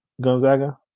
Gonzaga